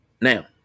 Now